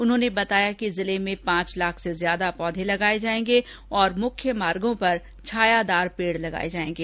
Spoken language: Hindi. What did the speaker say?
उन्होंने बताया कि जिले में पांच लाख से ज्यादा पौधे लगाए जाएंगे और मुख्य मार्गो पर छायादार वृक्ष लगाए जाएंगे